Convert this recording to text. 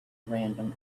random